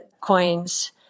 coins